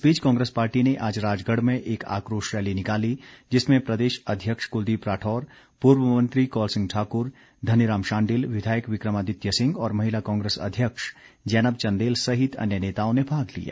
इस बीच कांग्रेस पार्टी ने आज राजगढ़ में एक आक्रोश रैली निकाली जिसमें प्रदेश अध्यक्ष कुलदीप राठौर पूर्व मंत्री कौल सिंह ठाकुर धनीराम शांडिल विधायक विक्रमादित्य सिंह और महिला कांग्रेस अध्यक्ष जैनब चंदेल सहित अन्य नेताओं ने भाग लिया